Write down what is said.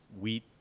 wheat